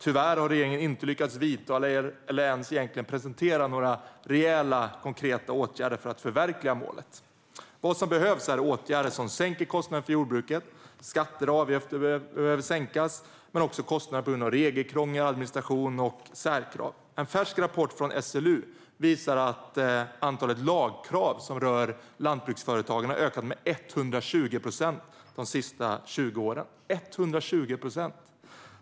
Tyvärr har regeringen inte lyckats vidta eller egentligen ens presentera några rejäla konkreta åtgärder för att förverkliga målet. Vad som behövs är åtgärder som sänker kostnader för jordbruket. Skatter och avgifter behöver sänkas men också kostnader på grund av regelkrångel, administration och särkrav. En färsk rapport från SLU visar att antalet lagkrav som rör lantbruksföretagen har ökat med 120 procent de senaste 20 åren.